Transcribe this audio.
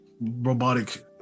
robotic